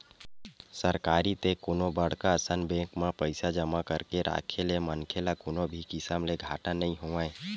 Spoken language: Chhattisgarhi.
सरकारी ते कोनो बड़का असन बेंक म पइसा जमा करके राखे ले मनखे ल कोनो भी किसम ले घाटा नइ होवय